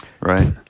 right